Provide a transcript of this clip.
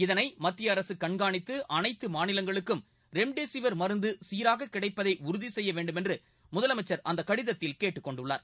இதனை மத்திய அரசு கண்காணித்து அனைத்து மாநிலங்களுக்கும் ரெம்டெசிவிர் மருந்து சீராக கிடைப்பதை உறுதி செய்ய வேண்டுமென்று முதலமைச்ச் அந்த கடிதத்தில் கேட்டுக் கொண்டுள்ளார்